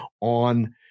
on